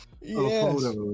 yes